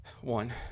One